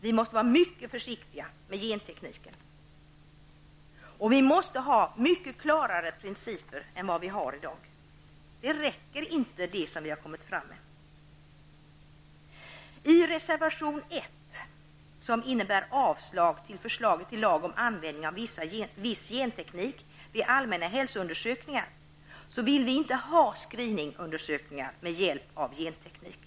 Vi måste vara mycket försiktiga med gentekniken, och vi måste ha mycket klarare principer än vad vi har i dag. Det som vi kommit fram till räcker inte. I reservation 1 yrkar vi avslag på förslaget till lag om användning av viss genteknik vid allmänna hälsoundersökningar. Vi vill inte ha screeningundersökningar med hjälp av genteknik.